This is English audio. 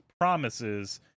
promises